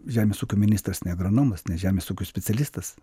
žemės ūkio ministras ne agranomas ne žemės ūkio specialistas